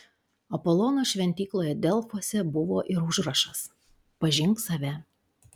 apolono šventykloje delfuose buvo ir užrašas pažink save